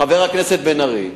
חבר הכנסת בן-ארי,